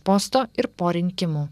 posto ir po rinkimų